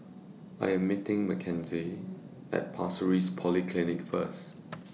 I Am meeting Mckenzie At Pasir Ris Polyclinic First